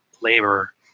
labor